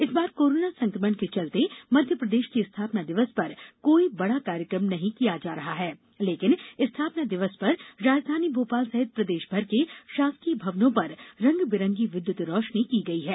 इस बार कोरोना संक्रमण के चलते मध्यप्रदेश की स्थापना दिवस पर कोई बड़ा कार्यक्रम नहीं किया जा रहा है लेकिन स्थापना दिवस पर राजधानी भोपाल सहित प्रदेशभर के शासकीय भवनों पर रंग बिरंगी विद्युत रोशनी की गई है